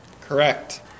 Correct